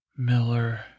Miller